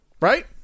right